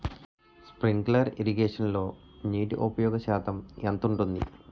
Sprinkler ఇరగేషన్లో నీటి ఉపయోగ శాతం ఎంత ఉంటుంది?